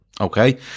okay